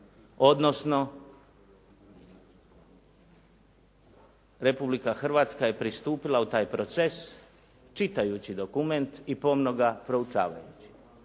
odnosno Republika Hrvatska je pristupila u taj proces čitajući dokument i pomno ga proučavajući.